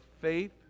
faith